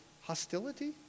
hostility